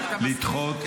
לדחות.